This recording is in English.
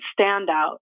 standout